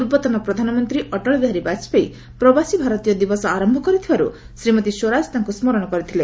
ପୂର୍ବତନ ପ୍ରଧାନମନ୍ତ୍ରୀ ଅଟଳ ବିହାରୀ ବାଜପେୟୀ ପ୍ରବାସୀ ଭାରତୀୟ ଦିବସ ଆରମ୍ଭ କରିଥିବାରୁ ଶ୍ରୀମତୀ ସ୍ୱରାଜ ତାଙ୍କ ସ୍କରଣ କରିଥିଲେ